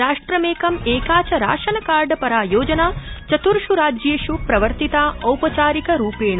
राष्ट्रमेकं एका च ration card परा योजना चतुर्ष् राज्येष् प्रवर्तिता औपचारिक रूपेण